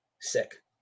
Sick